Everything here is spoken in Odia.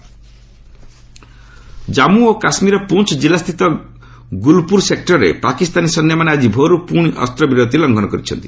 ସିସ୍ଫାୟାର ଭାୟୋଲେସନ ଜାନ୍ମୁ ଓ କାଶ୍ମୀରର ପୁଞ୍ଚ ଜିଲ୍ଲାସ୍ଥିତ ଗୁଲପୁର ସେକ୍ଟରରେ ପାକିସ୍ତାନୀ ସୈନ୍ୟମାନେ ଆଜି ଭୋର୍ରୁ ପୁଣି ଅସ୍ତ୍ରବିରତି ଲଙ୍ଘନ କରିଛନ୍ତି